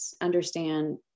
understand